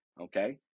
okay